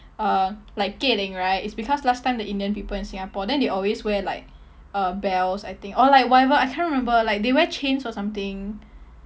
uh like keling right it's because last time the indian people in singapore then they always wear like uh bells I think or like whatever I can't remember like they wear chains or something